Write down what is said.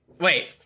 Wait